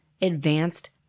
advanced